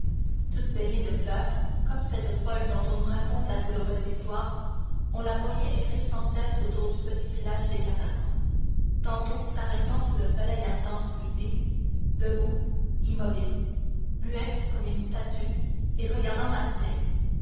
toute baignée de pleurs comme cette folle dont on nous raconte la douloureuse histoire on la voyait errer sans cesse autour du petit village des catalans tantôt s'arrêtant sous le soleil ardent du midi debout immobile muette comme une statue et regardant marseille